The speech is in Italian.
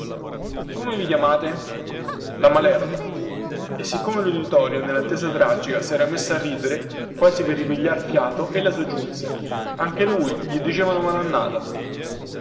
come vi chiamate la malerba e siccome luditorio nellattesa tragica sera messo a ridere quasi per ripigliar fiato ella soggiunse anche lui gli dicevano malannata